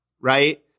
right